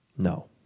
No